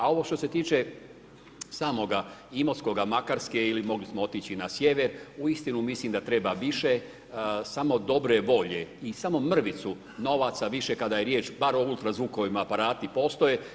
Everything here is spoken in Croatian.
A ovo što se tiče samoga Imotskoga, Makarske ili mogli smo otići i na sjever, uistinu mislim da treba više samo dobre volje i samo mrvicu novaca više kada je riječ bar o ultrazvukovima, aparati postoje.